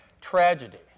tragedy